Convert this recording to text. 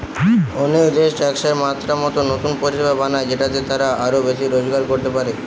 অনেক দেশ ট্যাক্সের মাত্রা মতো নতুন পরিষেবা বানায় যেটাতে তারা আরো বেশি রোজগার করতে পারে